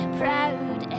proud